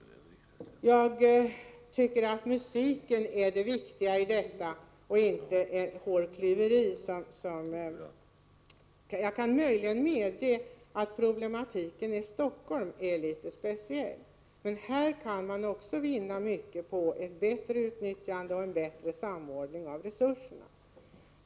Jag tycker det är musiken som är det viktiga här, inte att vi ägnar oss åt hårklyverier. Jag kan möjligen medge att problematiken i Stockholm är litet speciell. Men även här kan man vinna mycket på ett bättre utnyttjande och en bättre samordning av resurserna.